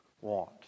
want